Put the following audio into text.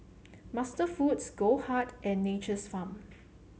MasterFoods Goldheart and Nature's Farm